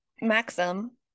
maxim